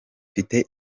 mfite